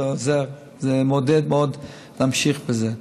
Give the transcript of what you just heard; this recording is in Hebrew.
זה עוזר ומעודד מאוד להמשיך בזה.